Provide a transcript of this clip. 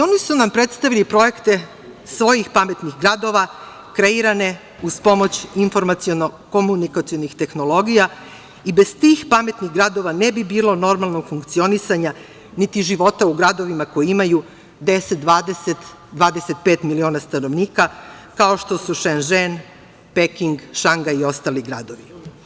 Oni su nam predstavili projekte svojih pametnih gradova kreirane uz pomoć informaciono-komunikacionih tehnologija i bez tih pametnih gradova ne bi bilo normalnog funkcionisanja, niti života u gradovima koji imaju 10, 20, 25 miliona stanovnika, kao što su Šenžen, Peking, Šangaj i ostali gradovi.